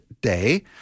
day